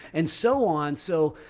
and so on. so,